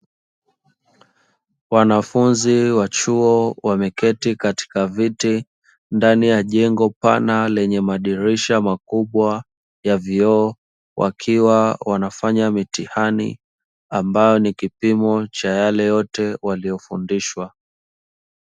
Wanafunzi wa chuo wameketi katika viti ndani ya jengo pana lenye madirisha makubwa ya vioo, wakiwa wanafanya mitihani ambayo ni kipimo cha yale yote waliyofundishwa.